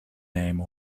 name